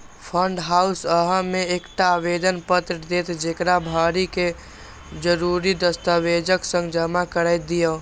fund house अहां के एकटा आवेदन पत्र देत, जेकरा भरि कें जरूरी दस्तावेजक संग जमा कैर दियौ